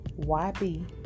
YB